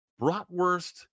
bratwurst